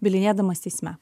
bylinėdamas teisme